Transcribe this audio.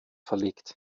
verlegt